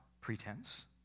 pretense